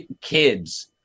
kids